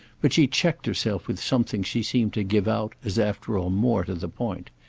but she checked herself with something she seemed to give out as after all more to the point.